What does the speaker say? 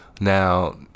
Now